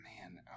Man